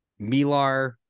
Milar